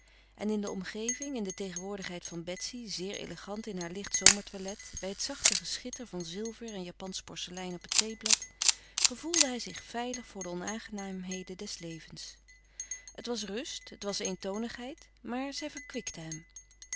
en in de omgeving in de tegenwoordigheid van betsy zeer elegant in haar licht zomertoilet bij het zachte geschitter van zilver en japansch porselein op het theeblad gevoelde hij zich veilig voor de onaangenaamheden des levens het was rust het was eentonigheid maar zij verkwikten hem